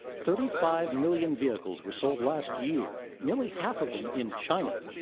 thirty-five million vehicles were sold last year nearly half of them in china.